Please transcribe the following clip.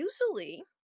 usually